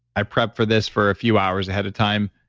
i prepped for this for a few hours ahead of time,